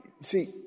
See